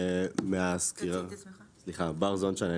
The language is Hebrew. שמי בר זונשיין,